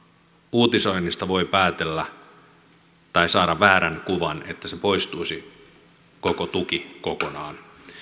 uutisoinnista voi päätellä tai saada väärän kuvan että koko tuki poistuisi kokonaan